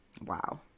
wow